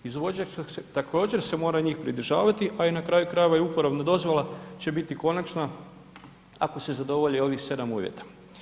Izvođač također se mora njih pridržavati, a i na kraju krajeva i uporabna dozvola će biti konačna ako se zadovolji ovih 7 uvjeta.